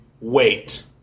wait